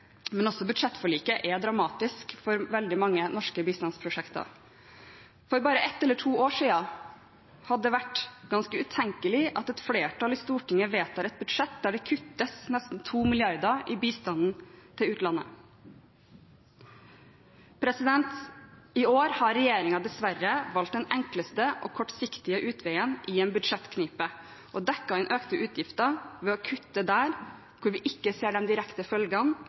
men også budsjettforliket er dramatisk for veldig mange norske bistandsprosjekter. For bare ett eller to år siden hadde det vært ganske utenkelig at et flertall i Stortinget vedtar et budsjett der det kuttes nesten 2 mrd. kr i bistanden til utlandet. I år har regjeringen dessverre valgt den enkleste og kortsiktige utveien i en budsjettknipe og dekket inn økte utgifter ved å kutte der hvor vi ikke ser de direkte